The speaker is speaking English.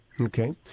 Okay